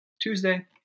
Tuesday